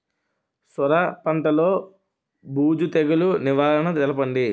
సొర పంటలో బూజు తెగులు నివారణ తెలపండి?